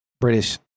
British